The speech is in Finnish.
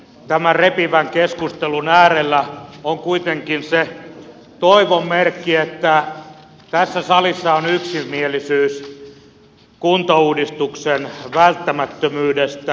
tämän repivän keskustelun äärellä on kuitenkin se toivon merkki että tässä salissa on yksimielisyys kuntauudistuksen välttämättömyydestä